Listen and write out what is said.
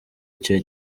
icyo